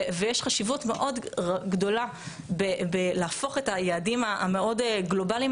ויש חשיבות מאוד גדולה בלהפוך את היעדים המאוד גלובליים